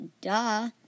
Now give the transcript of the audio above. duh